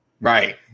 Right